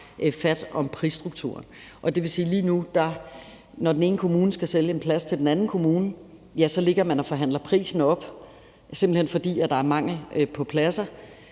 fat om prisstrukturen. Og det vil sige, at man lige nu, når den ene kommune skal sælge en plads til den anden kommune, ligger og forhandler prisen op, simpelt hen fordi der er mangel på pladser,